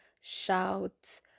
shout